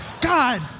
God